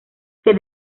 que